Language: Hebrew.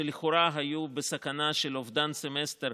שלכאורה היו בסכנה של אובדן סמסטר